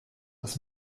dass